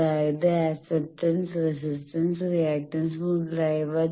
അതായത് acceptance resistance reactance മുതലായവ